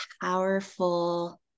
powerful